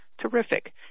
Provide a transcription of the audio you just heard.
terrific